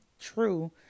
true